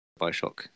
Bioshock